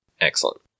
Excellent